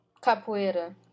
capoeira